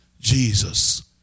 Jesus